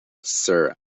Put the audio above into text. sir